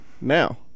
Now